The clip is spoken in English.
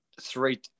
Three